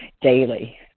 daily